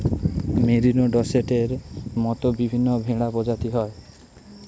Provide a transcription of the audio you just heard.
merino, ডর্সেটের মত বিভিন্ন ভেড়া প্রজাতি হয়